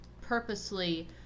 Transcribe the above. purposely